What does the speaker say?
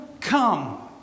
come